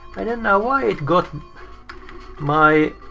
i don't know why it got my